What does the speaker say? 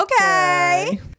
okay